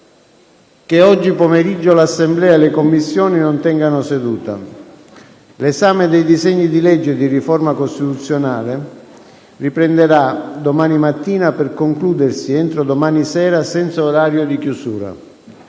che oggi pomeriggio l'Assemblea e le Commissioni non tengano seduta. L'esame dei disegni di legge di riforma costituzionale riprenderà domani mattina per concludersi entro domani sera, senza orario di chiusura.